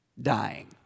dying